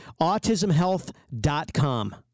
AutismHealth.com